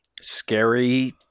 scary